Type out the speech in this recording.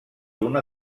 una